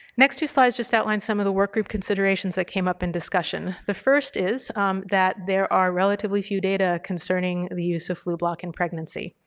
next two slides just outline some of the work group considerations that came up in discussion. the first is that there are relatively few data concerning the use of flublok in pregnancy.